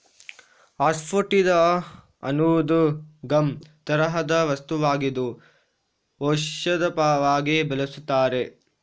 asafoetida ಅನ್ನುವುದು gum ತರಹದ ವಸ್ತುವಾಗಿದ್ದು ಔಷಧವಾಗಿ ಬಳಸುತ್ತಾರೆ